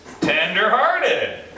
Tenderhearted